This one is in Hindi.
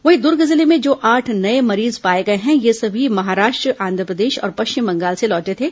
वहीं दुर्ग जिले में जो आठ नए मरीज पाए गए हैं ये भी महाराष्ट्र आंध्रप्रदेश और पश्चिम बंगाल से लौटे थे